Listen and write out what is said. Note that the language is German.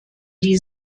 die